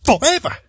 forever